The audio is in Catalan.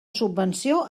subvenció